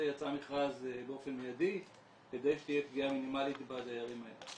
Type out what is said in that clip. יצא מכרז באופן מיידי כדי שתהיה פגיעה מינימלית בדיירים האלה.